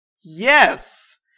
yes